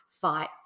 fight